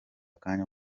kanya